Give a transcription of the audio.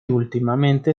últimamente